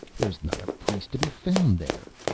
there's not a priest to be found there.